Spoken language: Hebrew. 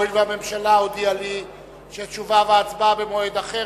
הואיל והממשלה הודיעה לי שתשובה והצבעה במועד אחר,